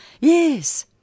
Yes